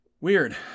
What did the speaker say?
weird